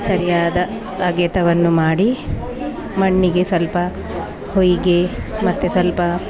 ಸರಿಯಾದ ಅಗೆತವನ್ನು ಮಾಡಿ ಮಣ್ಣಿಗೆ ಸ್ವಲ್ಪ ಹೊಯಿಗೆ ಮತ್ತು ಸ್ವಲ್ಪ